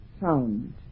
sound